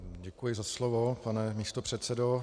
Děkuji za slovo, pane místopředsedo.